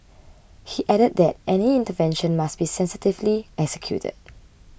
he added that any intervention must be sensitively executed